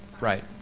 right